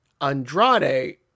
Andrade